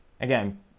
again